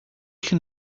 can